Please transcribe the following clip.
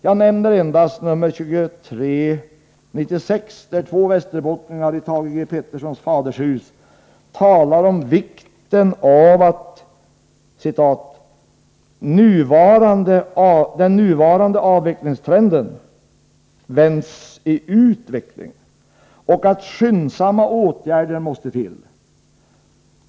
Jag nämner endast nr 2396, där två västerbottningar i Thage G. Petersons fadershus talar om vikten av att den ”nuvarande avvecklingstrenden —-—-— skall vändas i utveckling” och att skyndsamma åtgärder måste till.